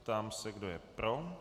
Ptám se, kdo je pro.